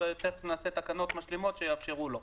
תכף נעשה תקנות משלימות שיאפשרו לו.